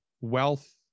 wealth